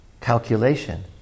calculation